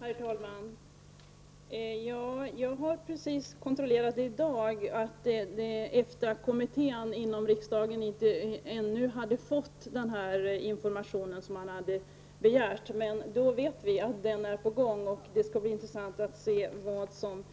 Herr talman! Jag har i dag kontrollerat hur det förhåller sig. Jag fick då veta att EFTA-kommittén i riksdagen ännu inte har fått den information som man begärt. Men nu vet vi att den är väg. Det skall bli intressant att se vad som